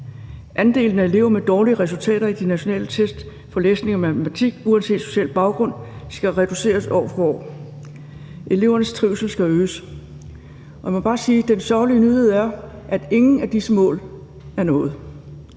andelen af elever med dårlige resultater i de nationale test i læsning og matematik uanset social baggrund skal reduceres år for år; og elevernes trivsel skal øges. Og jeg må bare sige, at den sørgelige nyhed er, at ingen af disse mål er nået.